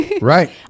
Right